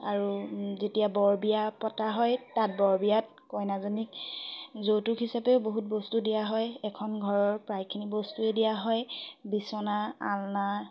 আৰু যেতিয়া বৰবিয়া পতা হয় তাত বৰবিয়াত কইনাজনীক যৌতুক হিচাপেও বহুত বস্তু দিয়া হয় এখন ঘৰৰ প্ৰায়খিনি বস্তুৱেই দিয়া হয় বিচনা আলনা